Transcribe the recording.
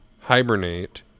hibernate